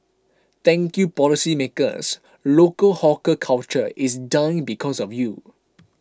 thank you policymakers local hawker culture is dying because of you